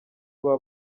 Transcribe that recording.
buba